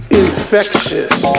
infectious